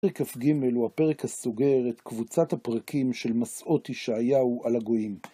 פרק כ"ג הוא הפרק הסוגר את קבוצת הפרקים של מסעות ישעיהו על הגויים.